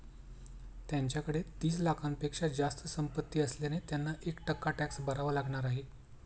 त्यांच्याकडे तीस लाखांपेक्षा जास्त संपत्ती असल्याने त्यांना एक टक्का टॅक्स भरावा लागणार आहे